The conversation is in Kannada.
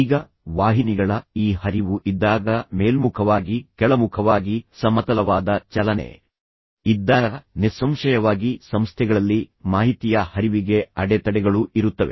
ಈಗ ವಾಹಿನಿಗಳ ಈ ಹರಿವು ಇದ್ದಾಗ ಮೇಲ್ಮುಖವಾಗಿ ಕೆಳಮುಖವಾಗಿ ಸಮತಲವಾದ ಚಲನೆ ಇದ್ದಾಗ ನಿಸ್ಸಂಶಯವಾಗಿ ಸಂಸ್ಥೆಗಳಲ್ಲಿ ಮಾಹಿತಿಯ ಹರಿವಿಗೆ ಅಡೆತಡೆಗಳು ಇರುತ್ತವೆ